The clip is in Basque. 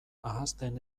ahazten